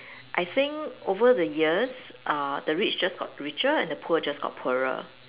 I think over the years uh the rich just got richer and the poor just got poorer